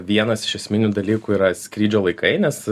vienas iš esminių dalykų yra skrydžio laikai nes